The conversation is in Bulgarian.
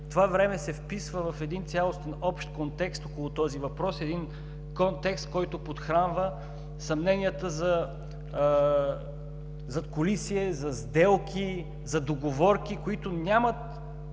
това време се вписва в един цялостен общ контекст около този въпрос, един контекст, който подхранва съмненията за задкулисие, за сделки, за договорки, които нямат